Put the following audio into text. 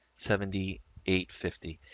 seventy eight fifty.